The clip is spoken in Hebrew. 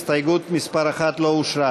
הסתייגות מס' 1 לא אושרה.